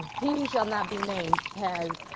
he who shall not be named has,